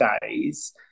days